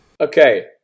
Okay